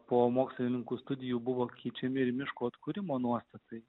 po mokslininkų studijų buvo keičiami ir miškų atkūrimo nuostatai